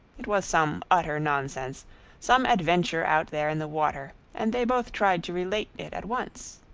it was some utter nonsense some adventure out there in the water, and they both tried to relate it at once.